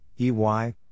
EY